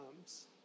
comes